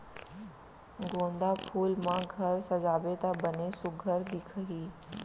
गोंदा फूल म घर सजाबे त बने सुग्घर दिखही